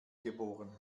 geboren